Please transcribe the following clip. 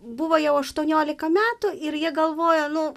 buvo jau aštuoniolika metų ir jie galvojo nu